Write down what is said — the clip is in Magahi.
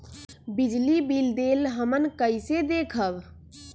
बिजली बिल देल हमन कईसे देखब?